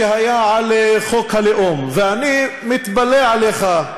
שהיה על חוק הלאום, ואני מתפלא עליך,